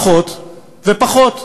פחות ופחות.